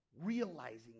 realizing